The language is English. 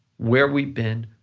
where we've been,